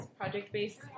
project-based